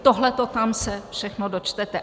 Tohleto tam se všechno dočtete.